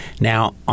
Now